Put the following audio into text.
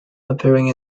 appearing